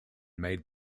made